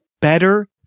better